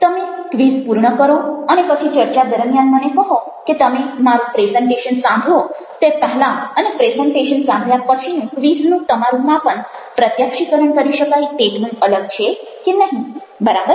તમે ક્વિઝ પૂર્ણ કરો અને પછી ચર્ચા દરમિયાન મને કહો કે તમે મારું પ્રેઝન્ટેશન સાંભળો તે પહેlલાં અને પ્રેઝન્ટેશન સાંભળ્યા પછીનું ક્વિઝનું તમારું માપન પ્રત્યક્ક્ષીકરણ કરી શકાય તેટલું અલગ છે કે નહિ બરાબર